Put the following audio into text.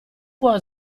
può